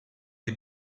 les